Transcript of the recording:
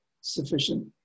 sufficient